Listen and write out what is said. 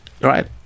right